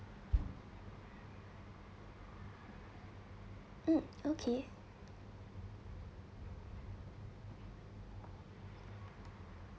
mm okay